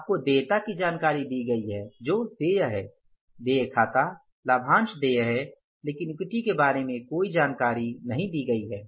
आपको देयता की जानकारी दी गई है जो देय है देय खाता लाभांश देय है लेकिन इक्विटी के बारे में कोई जानकारी नहीं दी गई है